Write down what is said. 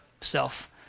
self